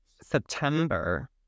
September